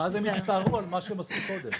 ואז הם יצטרכו על מה שהם עשו קודם.